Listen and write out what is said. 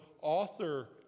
author